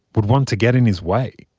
would want to get in his way.